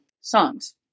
songs